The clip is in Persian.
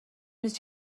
نیست